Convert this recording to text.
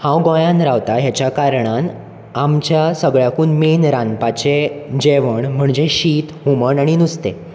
हांव गोंयांत रावता हेच्या करणान आमच्या सगळ्याकून मॅन रांदपाचें जेवण म्हणजे शीत हुमण आनी नुस्तें